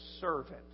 servant